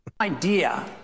idea